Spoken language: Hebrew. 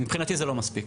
מבחינתי זה לא מספיק'.